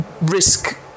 risk